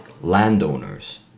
landowners